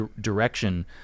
direction